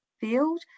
field